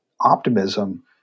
optimism